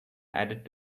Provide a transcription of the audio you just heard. added